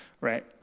right